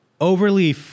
overly